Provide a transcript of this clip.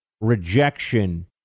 rejection